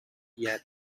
yet